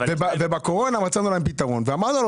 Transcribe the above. ובקורונה מצאנו להן פתרון ואמרנו: על